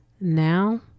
now